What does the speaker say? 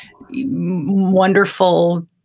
wonderful